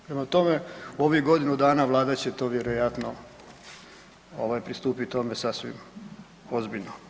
Prema tome, ovih godinu dana, Vlada će to vjerojatno pristupiti onda sasvim ozbiljno.